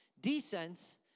descents